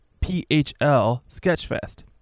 PHLSketchFest